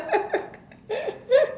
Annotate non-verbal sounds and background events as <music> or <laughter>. <laughs>